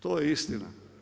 To je istina.